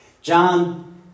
John